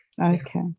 okay